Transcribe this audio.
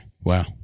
Wow